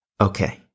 Okay